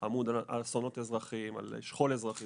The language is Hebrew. שאחראי על שכול אזרחי